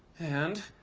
and.